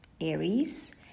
Aries